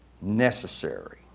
necessary